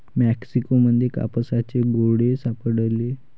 Mexico मध्ये कापसाचे गोळे सापडले